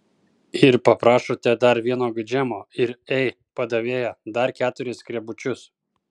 ir paprašote dar vynuogių džemo ir ei padavėja dar keturis skrebučius